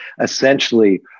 essentially